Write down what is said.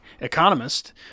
economist